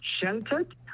sheltered